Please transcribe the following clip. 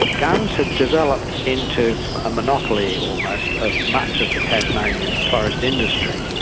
gunns had developed into a monopoly, almost, of much of the tasmanian forest industry.